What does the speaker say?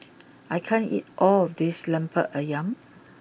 I can't eat all of this Lemper Ayam